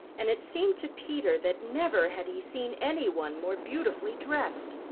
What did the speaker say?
and it seemed to peter that never had he seen any one more beautifully dressed.